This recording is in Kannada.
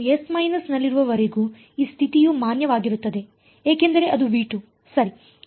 ನಾನು S ನಲ್ಲಿರುವವರೆಗೂ ಈ ಸ್ಥಿತಿಯು ಮಾನ್ಯವಾಗಿರುತ್ತದೆ ಏಕೆಂದರೆ ಅದು ಸರಿ